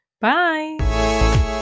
bye